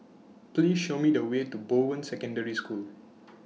Please Show Me The Way to Bowen Secondary School